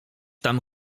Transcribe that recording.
tam